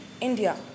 India